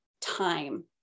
time